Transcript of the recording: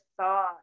saw